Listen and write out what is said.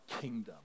kingdom